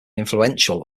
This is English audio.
influential